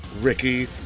Ricky